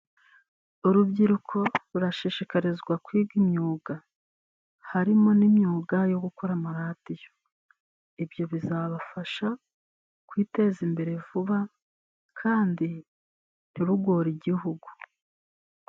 Urubyiruko rurashishikarizwa kwiga imyuga harimo n'imyuga yo gukora amaradiyo, ibyo bizabafasha kwiteza imbere vuba kandi ntirugore igihugu.